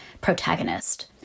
protagonist